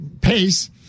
Pace